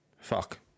Fuck